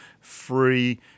free